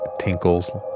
tinkles